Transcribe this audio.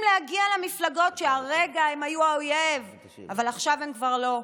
להגיע למפלגות שהרגע הם היו האויב אבל עכשיו הם כבר לא.